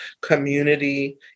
community